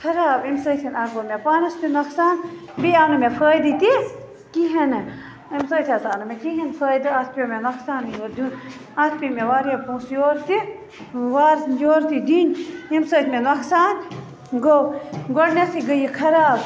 خراب اَمہِ سۭتۍ اَکھ گوٚو مےٚ پانس تہِ نۄقصان بیٚیہِ آو نہٕ مےٚ فٲیدٕ تہِ کِہیٖنۍ نہٕ اَمہِ سۭتۍ حظ آو نہٕ مےٚ کِہیٖنۍ فٲیدٕ اَتھ پیو مےٚ نۄقصانٕے اوٚت دِیُن اَتھ پے مےٚ وارِیاہ پونٛسہٕ تہِ یورٕ تہِ وا یورٕ تہِ دِینۍ ییٚمہِ سۭتۍ مےٚ نۄقصان گوٚو گۄڈٕنٮ۪تھٕے گٔے یہِ خراب